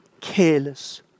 careless